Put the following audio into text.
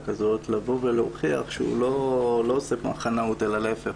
כזאת לבוא ולהוכיח שהוא לא עוסק במחנאות אלא להיפך,